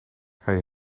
hij